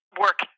work